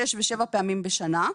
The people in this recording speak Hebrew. שש ושבע פעמים בשנה.